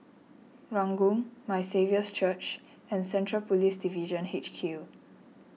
Ranggung My Saviour's Church and Central Police Division H Q